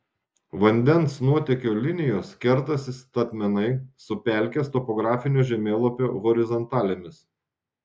vandens nuotėkio linijos kertasi statmenai su pelkės topografinio žemėlapio horizontalėmis